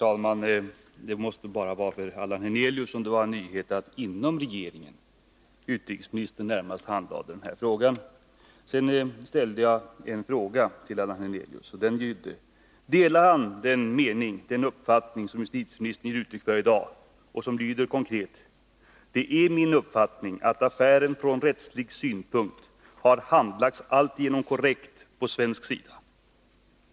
Herr talman! Det måste bara vara för Allan Hernelius som det var en nyhet att det var utrikesministern som inom regeringen närmast handlade den här frågan. Sedan ställde jag en fråga till Allan Hernelius. Den lydde: Delar Allan Hernelius den uppfattning som justitieministern ger uttryck för i dag och som konkretlyder: ”——— det är min uppfattning att affären från rättslig synpunkt har handlagts alltigenom korrekt på svensk sida ——--"?